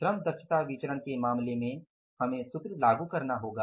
श्रम दक्षता विचरण के मामले में हमें सूत्र लागू करना होगा